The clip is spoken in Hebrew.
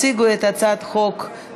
הנושא לוועדת הכלכלה נתקבלה.